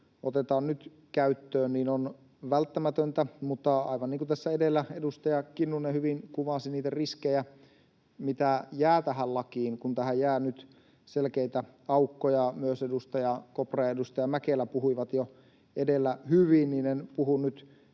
otetaan nyt käyttöön, on välttämätöntä, mutta tässä edellä edustaja Kinnunen hyvin kuvasi niitä riskejä, mitä jää tähän lakiin, kun tähän jää nyt selkeitä aukkoja. Myös edustaja Kopra ja edustaja Mäkelä puhuivat jo edellä hyvin, niin en puhu nyt